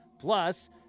Plus